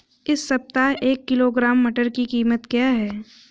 इस सप्ताह एक किलोग्राम मटर की कीमत क्या है?